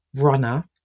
runner